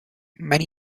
many